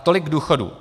Tolik k důchodům.